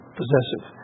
possessive